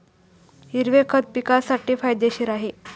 हिरवे खत पिकासाठी फायदेशीर आहे